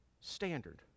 standard